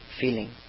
feeling